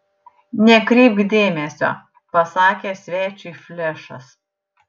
nekreipk dėmesio pasakė svečiui flešas